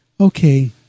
Okay